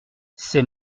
c’est